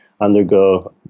undergo